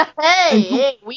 hey